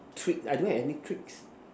treat I don't have any treats